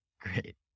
Great